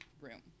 room